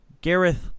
Gareth